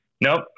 Nope